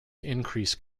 increase